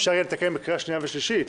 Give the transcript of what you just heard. אפשר יהיה לתקן בקריאה שנייה ושלישית.